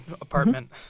apartment